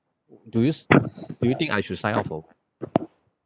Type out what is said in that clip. do you do you think I should sign up for